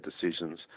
decisions